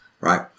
right